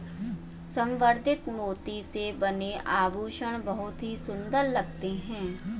संवर्धित मोती से बने आभूषण बहुत ही सुंदर लगते हैं